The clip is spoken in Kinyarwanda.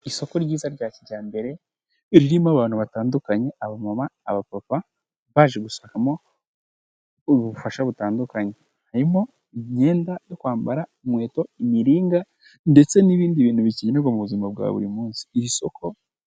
Isoko ryiza rya kijyambere, ririmo abantu batandukanye abamama, aba papa baje gusakamo ubufasha butandukanye, harimo imyenda yo kwambara, inkweto, imiringa ndetse n'ibindi bintu bikenerwa mu buzima bwa buri munsi, iri soko..